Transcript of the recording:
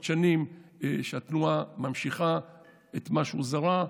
שנים התנועה ממשיכה את מה שהוא זרע.